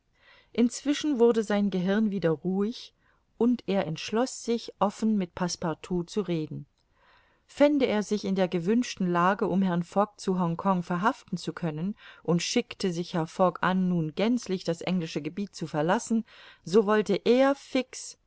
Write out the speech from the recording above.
inzwischen wurde sein gehirn wieder ruhig und er entschloß sich offen mit passepartout zu reden fände er sich in der gewünschten lage um herrn fogg zu hongkong verhaften zu können und schickte sich herr fogg an nun gänzlich das englische gebiet zu verlassen so wollte er fix